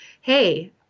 hey